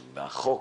בחוק,